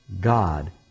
God